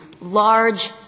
large